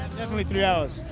definitely three hours.